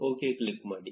OK click ಮಾಡಿ